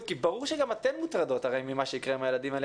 כי ברור שגם אתן מוטרדות ממה שיקרה עם הילדים האלה,